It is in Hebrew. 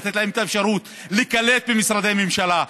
לתת להם את האפשרות להיקלט במשרדי ממשלה,